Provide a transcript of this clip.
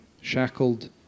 shackled